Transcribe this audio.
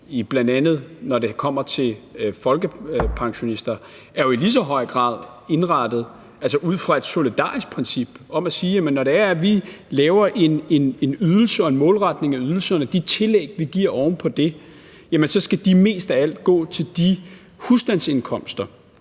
bl.a. når det kommer til folkepensionister, er jo i lige så høj grad indrettet ud fra et solidarisk princip om, at når det er, at vi laver ydelser og en målretning af ydelserne – de tillæg, vi giver oven på det – så skal de mest af alt gå til de husstandsindkomster,